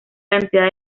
cantidad